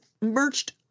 merged